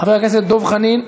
חבר הכנסת דב חנין,